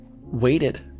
waited